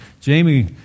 Jamie